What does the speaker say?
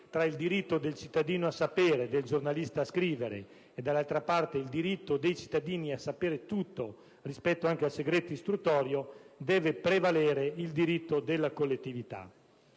tra il diritto del cittadino a sapere e del giornalista a scrivere e, dall'altra parte, il diritto dei cittadini a sapere tutto rispetto anche al segreto istruttorio deve prevalere il diritto della collettività.